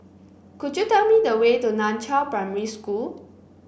could you tell me the way to Nan Chiau Primary School